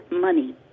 money